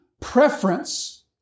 preference